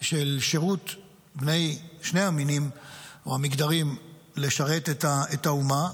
של שירות בני שני המינים או המגדרים לשרת את האומה,